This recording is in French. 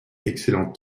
excellent